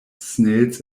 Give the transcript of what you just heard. snails